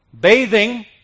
bathing